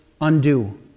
undo